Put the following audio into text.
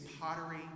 pottery